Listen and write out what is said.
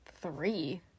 three